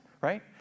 right